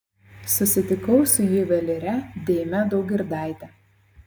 susitikau su juvelyre deime daugirdaite